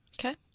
Okay